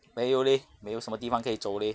没有 leh 没有什么地方可以走 leh